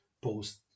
post